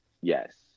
Yes